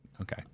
Okay